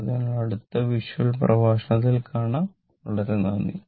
അതിനാൽ അടുത്ത വിഷ്വൽ പ്രഭാഷണത്തിൽ കാണാം വളരെ നന്ദി